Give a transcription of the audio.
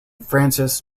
francis